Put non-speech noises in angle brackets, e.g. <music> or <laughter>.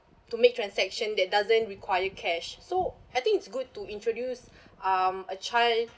to make transaction that doesn't require cash so I think it's good to introduce <breath> um a child